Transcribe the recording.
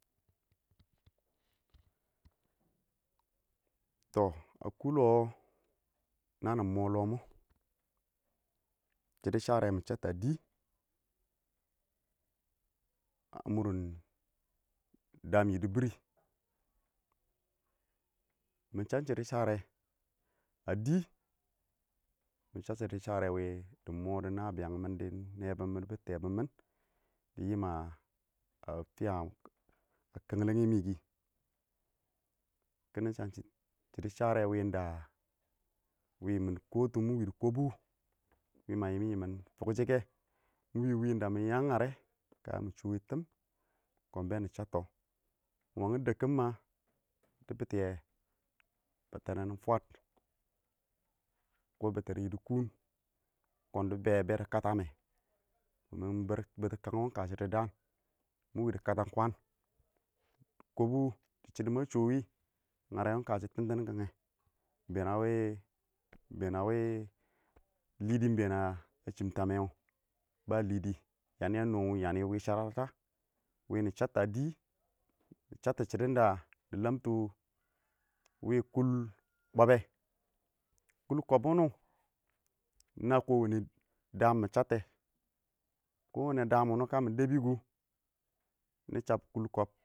to a kʊ lɔ, naan mɔ lɔ mɔ shɪdɔ sharɛ mɪ chabta a dɪ, a mʊr daam yɪdɪ biir, mɪ chab shɪdɔ sharɛ a dɪ, mɪ chab shɪdʊ sharɛ wɪ dɪ mɔ yɛ nabɪyang mɪn dɪ nɛ bʊn mɪn bɪ tɛbʊn mɪn, dɪ yɪm a fɪya a kɛnglengɪ mɪ kɪ, kɪnɪ chab ɪng shɪdɔ sharɛ wɪ ɪng da mɪ kɔtʊ mɪ wɪ dɪ kɔbʊ wɪ ma yɪmɪn yɪm fʊk shɪkɛ, ɪng wɪ wɪnda mɪ yang ngarɛ kɔn yamɪ shotu, kɔn bɛnɪ chabtɔ, dɪ bɪtɪyɛ bɛttɛrɛn fwaad kɔ bɛttɛre, yɪdɪ kʊʊn dɪ bɛ bɛ katamɛ, bɛtʊ kanga wɔ ɪng kashʊ dɪ daan, mɪ wɪ dɪ katam kwaam, kɔbɔ dɪ shɪdɔ ma sho wɪ, ngarɛ wɔ ɪng kashɔ yɪlangshang, ɪng been a wɪ, been a wɪ ɪdɪ been na chɪm tamɛ wɔ. ba lɪdɪ, yanɪ a nɔ ɪng yanɪ, wɪ nɪ- chab ta dɪ, nɪ chabtʊ shɪdʊn da dɪ lamtʊ wɪ kuL kobbɛ, kʊʊl kɔb wʊnɔ, ɪng na kɔwɛnnɛ daan nɪ chab tʊ kɛ, kɔ wʊnɛ daam ka mɪ dɛbɪ kʊ, nɪ chab kʊʊl kɔb.